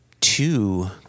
two